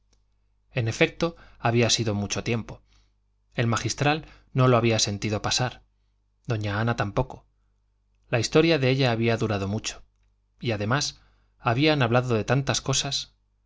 en efecto había sido mucho tiempo el magistral no lo había sentido pasar doña ana tampoco la historia de ella había durado mucho y además habían hablado de tantas cosas